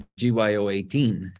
GYO18